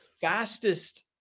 fastest